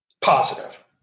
positive